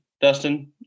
Dustin